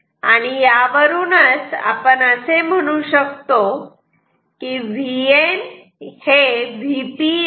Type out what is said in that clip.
म्हणून यावरून आपण Vn हे Vp एवढेच आहे असे म्हणू शकतो